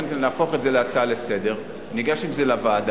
שנהפוך את זה להצעה לסדר-היום, ניגש עם זה לוועדה,